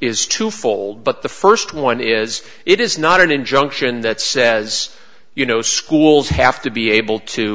is twofold but the first one is it is not an injunction that says you know schools have to be able to